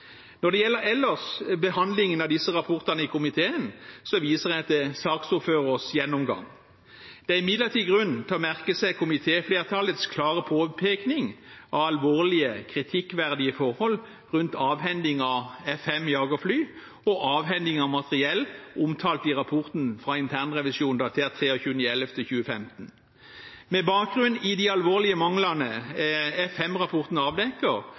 Når det ellers gjelder behandlingen av disse rapportene i komiteen, viser jeg til saksordførerens gjennomgang. Det er imidlertid grunn til å merke seg komitéflertallets klare påpekning av alvorlige, kritikkverdige forhold rundt avhendingen av F-5 jagerfly og avhendingen av materiell omtalt i rapporten fra internrevisjonen datert 23. november 2015. Med bakgrunn i de alvorlige manglene F-5-rapporten avdekker,